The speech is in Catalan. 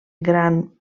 gran